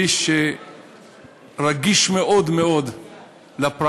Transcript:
איש שרגיש מאוד מאוד לפרט,